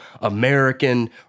American